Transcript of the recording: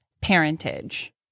parentage